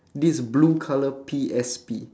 this blue colour P_S_P